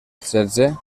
setze